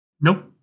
nope